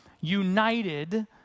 united